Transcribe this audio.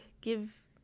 Give